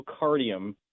myocardium